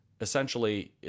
essentially